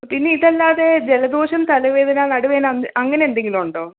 പിന്നെ ഇതല്ലാതെ ജലദോഷം തലവേദന നടുവേദന അങ്ങനെ എന്തെങ്കിലും ഉണ്ടോ